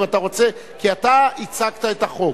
אתה הצגת את החוק,